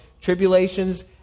tribulations